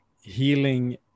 healing